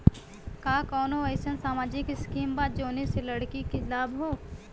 का कौनौ अईसन सामाजिक स्किम बा जौने से लड़की के लाभ हो?